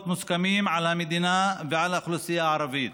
מוסכמים על המדינה ועל האוכלוסייה הערבית,